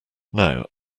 now